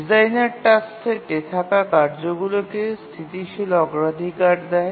designer task সেটে থাকা কার্যগুলিকে স্থিতিশীল অগ্রাধিকার দেয়